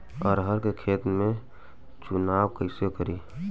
अरहर के खेत के चुनाव कईसे करी?